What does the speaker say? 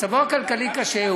מצבו הכלכלי קשה,